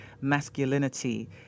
masculinity